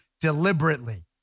deliberately